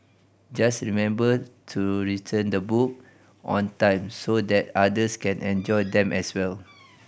just remember to return the book on time so that others can enjoy them as well